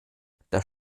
das